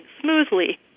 smoothly